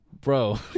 bro